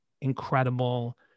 incredible